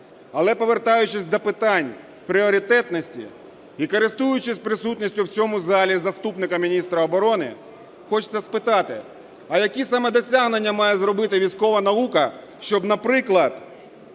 Але повертаючись до питань пріоритетності, і користуючись присутністю в цьому залі заступника міністра оборони, хочеться спитати. А які саме досягнення має зробити військова наука, щоб, наприклад,